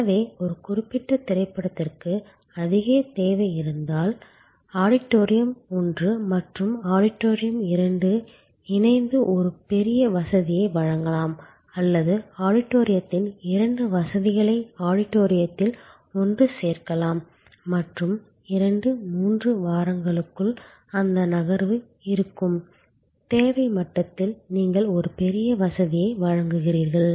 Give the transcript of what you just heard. எனவே ஒரு குறிப்பிட்ட திரைப்படத்திற்கு அதிக தேவை இருந்தால் ஆடிட்டோரியம் ஒன்று மற்றும் ஆடிட்டோரியம் இரண்டும் இணைந்து ஒரு பெரிய வசதியை வழங்கலாம் அல்லது ஆடிட்டோரியத்தின் இரண்டு வசதிகளை ஆடிட்டோரியத்தில் ஒன்று சேர்க்கலாம் மற்றும் 2 3 வாரங்களுக்கு அந்த நகர்வு இருக்கும் தேவை மட்டத்தில் நீங்கள் ஒரு பெரிய வசதியை வழங்குகிறீர்கள்